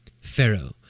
Pharaoh